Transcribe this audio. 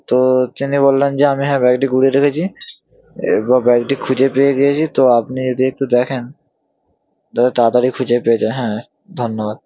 তো তিনি বললেন যে আমি হ্যাঁ ব্যাগটি কুড়িয়ে রেখেছি এরপর ব্যাগটি খুঁজে পেয়ে গিয়েছি তো আপনি যদি একটু দেখেন যত তাড়াতাড়ি খুঁজে পেয়ে যায় হ্যাঁ ধন্যবাদ